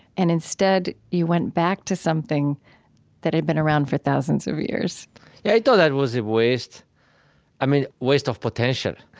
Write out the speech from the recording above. and instead you went back to something that had been around for thousands of years yeah, he thought that was a waste i mean waste of potential.